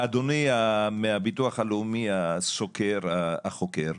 אדוני הסוקר מהביטוח הלאומי, החוקר.